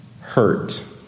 hurt